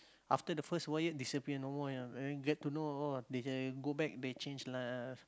after the first voyage disappear no more ah get to know oh they can go back they change life